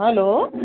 hello